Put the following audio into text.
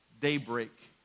daybreak